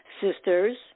sisters